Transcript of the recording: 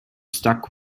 stuck